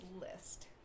list